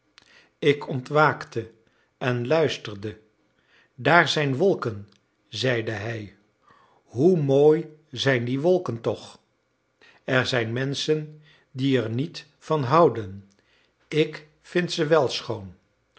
ik ontwaakte en luisterde daar zijn wolken zeide hij hoe mooi zijn die wolken toch er zijn menschen die er niet van houden ik vind ze wel schoon